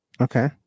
Okay